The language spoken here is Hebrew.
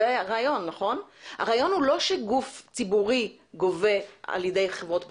הרעיון הוא לא שגוף ציבורי גובה על ידי חברות פרטיות,